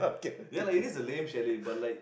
ya like it is a lame chalet but like